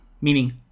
meaning